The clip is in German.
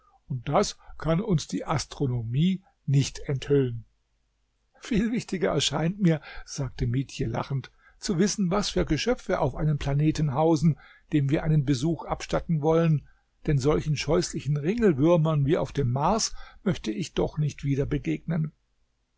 und das kann uns die astronomie nicht enthüllen viel wichtiger erscheint mir sagte mietje lachend zu wissen was für geschöpfe auf einem planeten hausen dem wir einen besuch abstatten wollen denn solchen scheußlichen ringelwürmern wie auf dem mars möchte ich doch nicht wieder begegnen